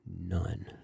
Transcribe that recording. none